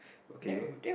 okay